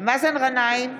מאזן גנאים,